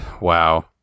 Wow